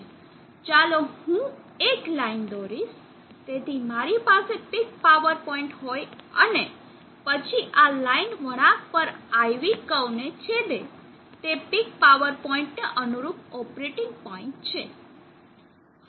ચાલો હું એક લાઈન દોરીશ તેથી મારી પાસે પીક પાવર પોઇન્ટ હોય અને પછી આ લાઇન વળાંક પર IV કર્વ ને છેદે તે પીક પાવર પોઇન્ટ ને અનુરૂપ ઓપરેટિંગ પોઇન્ટ છે